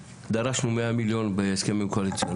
אכן דרשנו מאה מיליון בהסכמים קואליציוניים,